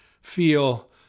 feel